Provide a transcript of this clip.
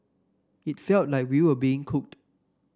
it felt like we were being cooked